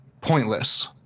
pointless